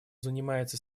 занимается